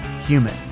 Human